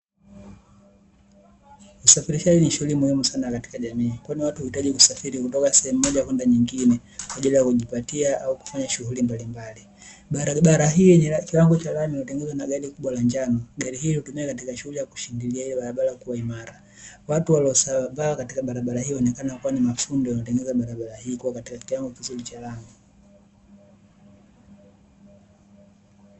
Usafirishaji ni shughuli muhimu sana katika jamii kwani watu huhitaji kusafiri kutoka sehemu moja kwenda nyingine kwa ajili ya kujipatia au kufanya shughuli mbalimbali, barabara hii ni ya kiwango cha lami, gari kubwa la njano. Gari hilo lipo katika shughuli ya kushindilia barabara kuwa imara, watu waliosambaa katika barabara hiyo inaonekana kuwa ni mafundi wakitengeneza barabara hii kwa kiwango cha lami.